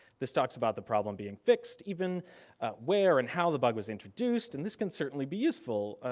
this talks about the problem being fixed, even where and how the bug was introduced and this can certainly be useful.